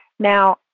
Now